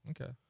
Okay